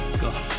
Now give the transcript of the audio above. Go